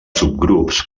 subgrups